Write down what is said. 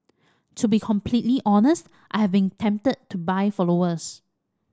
to be completely honest I have been tempted to buy followers